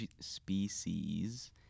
species